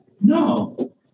no